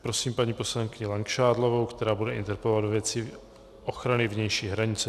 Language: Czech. Prosím paní poslankyni Langšádlovou, která bude interpelovat ve věci ochrany vnější hranice.